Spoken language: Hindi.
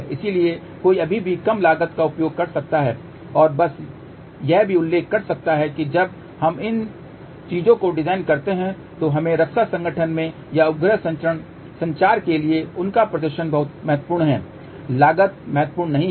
इसलिए कोई अभी भी कम लागत का उपयोग कर सकता है और बस यह भी उल्लेख कर सकता है कि जब भी हम चीजों को डिजाइन करते हैं तो हमें रक्षा संगठन में या उपग्रह संचार के लिए उनका प्रदर्शन बहुत महत्वपूर्ण है लागत महत्वपूर्ण नहीं है